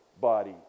body